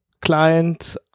client